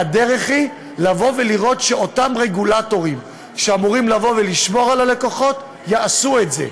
והדרך היא לראות שאותם רגולטורים שאמורים לשמור על הלקוחות יעשו את זה.